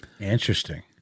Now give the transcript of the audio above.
Interesting